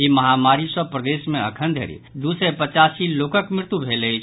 ई महामारी सँ प्रदेश मे अखन धरि दू सय पचासी लोकक मृत्यु भेल अछि